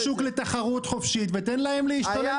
תפתח את השוק לתחרות חופשית ותן להם להשתלב.